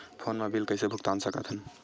Phone मा bill कइसे भुक्तान साकत हन?